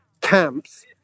camps